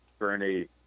Bernie